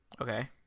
Okay